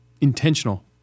intentional